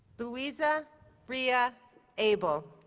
louisa rea ah abel,